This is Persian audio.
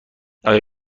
آیا